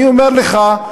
אני אומר לך,